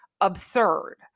absurd